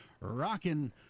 rocking